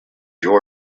your